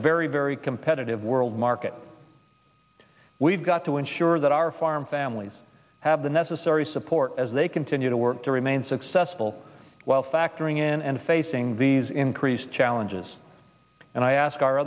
very very competitive world market we've got to ensure that our farm families have the necessary support as they continue to work to remain successful while factoring in and facing these increased challenges and i ask our